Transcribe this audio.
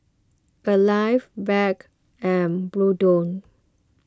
Alive Bragg and Bluedio